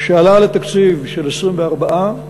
שעלה לתקציב של 24,